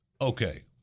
okay